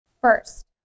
First